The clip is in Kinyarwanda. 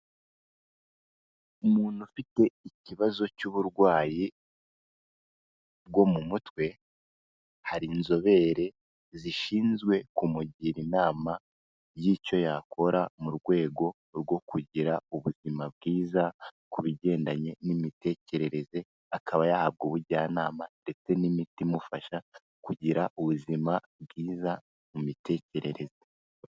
Umuntu ufite ikibazo cy'uburwayi bwo mu mutwe, hari inzobere zishinzwe kumugira inama y'icyo yakora mu rwego rwo kugira ubuzima bwiza, ku bigendanye n'imitekerereze, akaba yahabwa ubujyanama, ndetse n'imiti imufasha kugira ubuzima bwiza, mu mitekerereze.